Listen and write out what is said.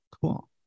Cool